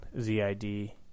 Z-I-D